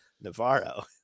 Navarro